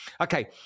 okay